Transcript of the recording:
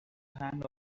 hand